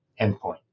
endpoint